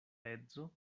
edzo